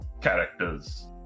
characters